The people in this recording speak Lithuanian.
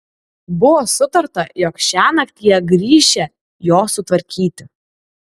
buvo sutarta jog šiąnakt jie grįšią jo sutvarkyti